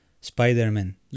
Spider-Man